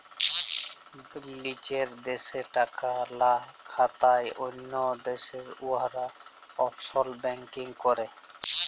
লিজের দ্যাশে টাকা লা খাটায় অল্য দ্যাশে উয়ারা অফশর ব্যাংকিং ক্যরে